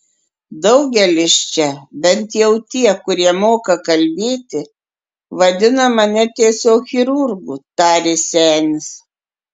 daugelis čia bent jau tie kurie moka kalbėti vadina mane tiesiog chirurgu tarė senis